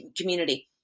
community